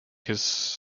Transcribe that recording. his